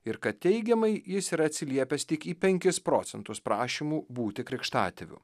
ir kad teigiamai jis yra atsiliepęs tik į penkis procentus prašymų būti krikštatėviu